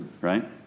right